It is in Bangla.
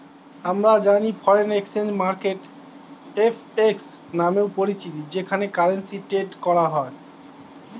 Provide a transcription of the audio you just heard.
আমরা জানি ফরেন এক্সচেঞ্জ মার্কেট এফ.এক্স নামেও পরিচিত যেখানে কারেন্সি ট্রেড করা হয়